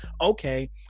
okay